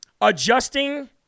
adjusting